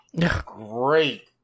Great